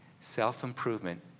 Self-improvement